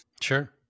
Sure